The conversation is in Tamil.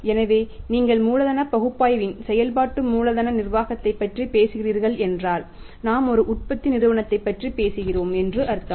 எனவே நீங்கள் மூலதன பகுப்பாய்வின் செயல்பாட்டு மூலதன நிர்வாகத்தைப் பற்றி பேசுகிறீர்கள் என்றால் நாம் ஒரு உற்பத்தி நிறுவனத்தைப் பற்றி பேசுகிறோம் என்று அர்த்தம்